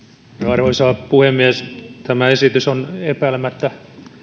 arvoisa puhemies tämä esitys on epäilemättä